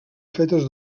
fetes